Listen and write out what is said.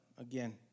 again